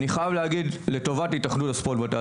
אני חייב להגיד לטובת התאחדות הספורט בבתי